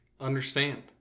Understand